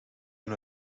hen